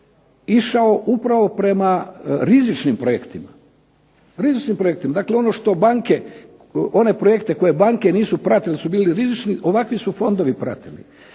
išao upravo prema rizičnim projektima, dakle ono što banke, one projekte koje banke nisu pratile jer su bili rizični, ovakvi su fondovi pratili.